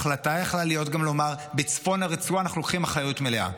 ההחלטה יכלה להיות גם לומר: בצפון הרצועה אנחנו לוקחים אחריות מלאה,